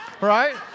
right